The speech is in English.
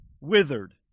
withered